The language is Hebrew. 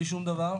בלי שום דבר.